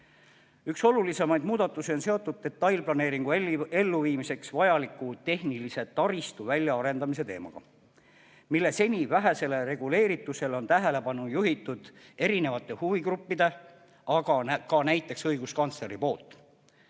Üks olulisemaid muudatusi on seotud detailplaneeringu elluviimiseks vajaliku tehnilise taristu väljaarendamise teemaga, mille seni vähesele reguleeritusele on tähelepanu juhtinud erinevad huvigrupid, aga ka näiteks õiguskantsler.